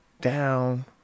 down